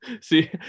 See